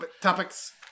topics